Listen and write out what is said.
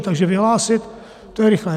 Takže vyhlásit to je rychlé.